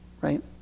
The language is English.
right